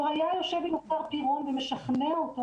לא היה יושב עם השר פירון ומשכנע אותו